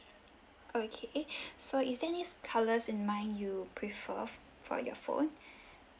okay so is there any colours in mind you prefer uh for your phone